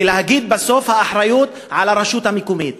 ולהגיד בסוף: האחריות על הרשות המקומית.